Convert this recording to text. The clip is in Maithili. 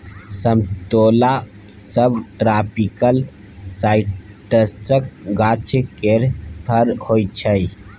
समतोला सबट्रापिकल साइट्रसक गाछ केर फर होइ छै